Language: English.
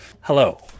Hello